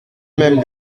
même